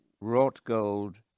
wrought-gold